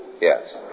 Yes